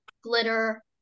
glitter